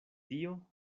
dio